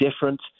different